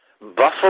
Buffalo